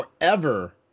forever